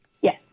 Yes